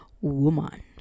woman